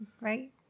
right